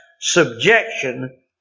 subjection